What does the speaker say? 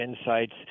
insights